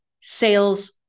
sales